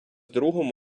другом